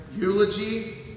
eulogy